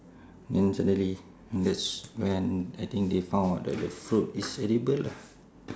naturally and that's when I think they found out that the fruit is edible lah